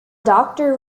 doctor